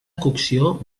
cocció